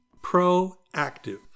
proactive